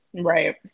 Right